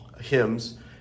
hymns